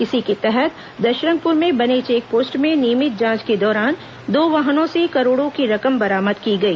इसी के तहत दशरंगपुर में बने चेके पोस्ट में नियमित जांच के दौरान दो वाहनों से करोड़ों की रकम बरामद की गई